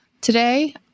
today